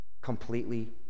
Completely